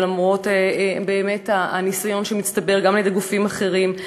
ולמרות באמת הניסיון שמצטבר גם על-ידי גופים אחרים,